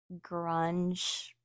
grunge